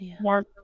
warm